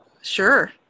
Sure